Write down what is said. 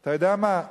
אתה יודע מה?